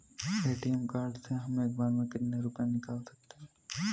ATM card से हम एक बार में कितने रुपये निकाल सकते हैं?